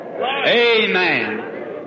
Amen